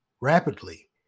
rapidly